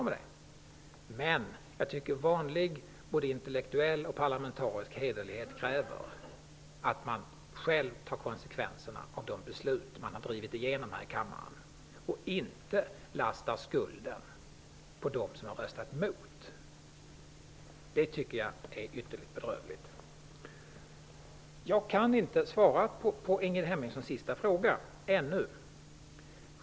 Men jag tycker att vanlig både intellektuell och parlamentarisk heder kräver att man själv tar konsekvenserna av de beslut man har drivit igenom här i kammaren och inte lastar skulden på dem som har röstat emot. Det tycker jag är ytterligt bedrövligt. Jag kan inte svara på Ingrid Hemmingssons sista fråga ännu.